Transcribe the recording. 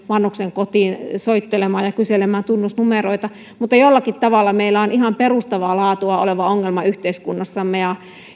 vanhuksen kotiin soittelemaan ja kyselemään tunnusnumeroita mutta jollakin tavalla meillä on ihan perustavaa laatua oleva ongelma yhteiskunnassamme